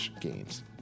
games